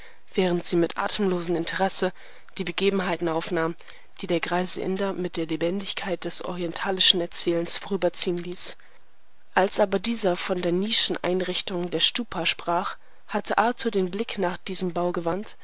während sie mit atemlosem interesse die begebenheiten aufnahm die der greise inder mit der lebendigkeit des orientalischen erzählers vorüberziehen ließ als aber dieser von der nischeneinrichtung der stupa sprach hatte arthur den blick nach diesem bau gewandt